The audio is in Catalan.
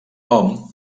hom